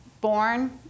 born